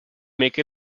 make